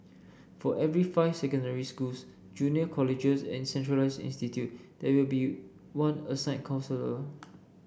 for every five secondary schools junior colleges and centralised institute there will be one assigned counsellor